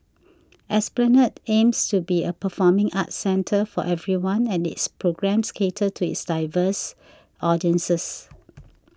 esplanade aims to be a performing arts centre for everyone and its programmes cater to its diverse audiences